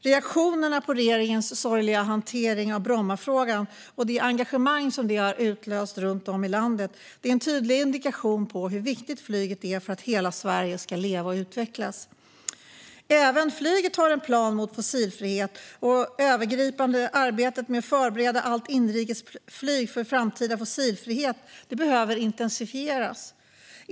Reaktionerna på regeringens sorgliga hantering av Brommafrågan och det engagemang detta har utlöst runt om i landet är en tydlig indikation på hur viktigt flyget är för att hela Sverige ska leva och utvecklas. Även flyget har en plan för fossilfrihet, och det övergripande arbetet med att förbereda allt inrikesflyg för framtida fossilfrihet behöver intensifieras.